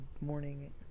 morning